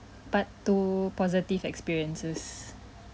part two positive experiences